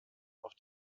auf